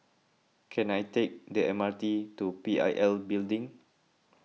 can I take the M R T to P I L Building